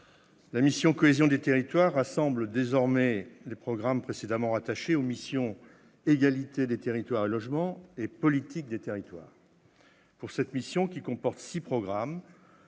la mission « Cohésion des territoires » rassemble désormais les programmes précédemment rattachés aux missions « Égalité des territoires et logement » et « Politique des territoires ». Pour cette mission, qui comporte six programmes,